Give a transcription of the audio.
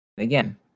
Again